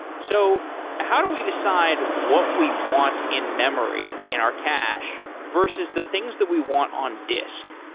so how do we decide what we want in memory in our cache versus the things that we want on disk?